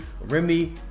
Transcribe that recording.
Remy